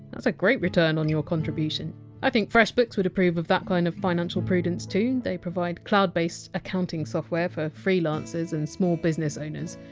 s a great return on your contribution i think freshbooks would approve of that kind of financial prudence, too they provide cloud-based accounting software for freelancers and small business owners.